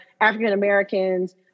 African-Americans